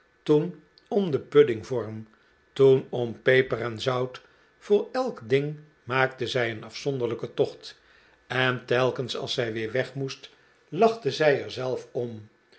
toen om den puddingvorm toen om peper en zout voor elk ding maakte zij een afzonderlijken tocht en telkens als zij weer weg moest lachte zij er zelf om